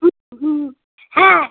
হুম হুম হ্যাঁ